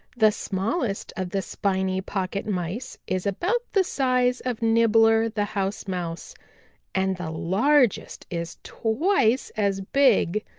the smallest of the spiny pocket mice is about the size of nibbler the house mouse and the largest is twice as big.